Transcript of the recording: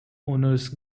owners